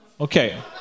Okay